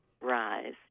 rise